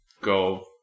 go